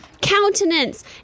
countenance